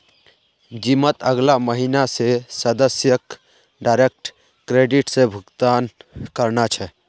जिमत अगला महीना स सदस्यक डायरेक्ट क्रेडिट स भुक्तान करना छ